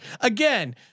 again